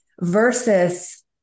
Versus